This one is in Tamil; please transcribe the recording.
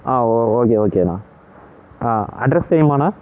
ஆ ஓகே ஓகேண்ணா ஆ அட்ரஸ் தெரியுமாண்ணா